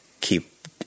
keep